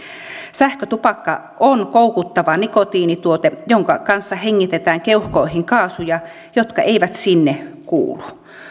sähkötupakka on koukuttava nikotiinituote jonka kanssa hengitetään keuhkoihin kaasuja jotka eivät sinne kuulu